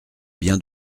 bien